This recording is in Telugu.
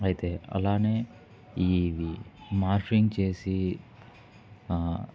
అయితే అలానే ఇవి మార్ఫింగ్ చేసి